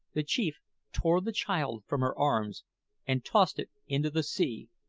the chief tore the child from her arms and tossed it into the sea.